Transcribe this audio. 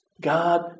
God